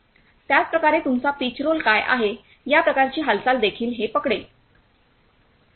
त्याचप्रकारे तुमचा pitch roll काय आहे या प्रकारची हालचाल देखील हे पकडेल